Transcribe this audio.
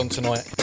tonight